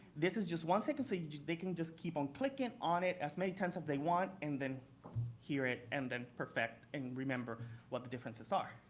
this is just one second, so they can just keep on clicking on it as many times as they want. and then hear it and then perfect and remember what the differences are.